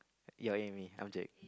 yelling at me I'm Jack